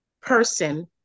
person